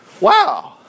wow